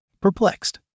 perplexed